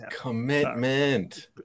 Commitment